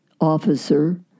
officer